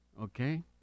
okay